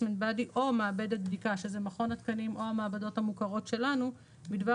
Body או מעבדת בדיקה" שזה מכון התקנים או המעבדות המוכרות שלנו "בדבר